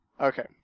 Okay